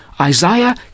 Isaiah